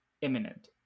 imminent